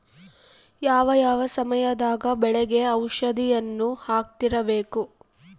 ಯಾವ ಯಾವ ಸಮಯದಾಗ ಬೆಳೆಗೆ ಔಷಧಿಯನ್ನು ಹಾಕ್ತಿರಬೇಕು?